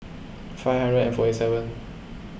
five hundred and forty seven